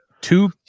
Two